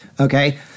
okay